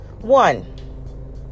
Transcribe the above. One